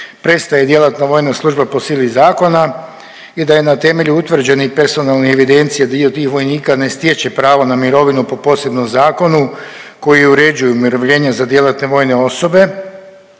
prestaje djelatna vojna služba po sili zakona i da je na temelju utvrđene i personalne evidencije dio tih vojnika ne stječe pravo na mirovinu po posebnom zakonu koji uređuju umirovljenja za djelatne vojne osobe,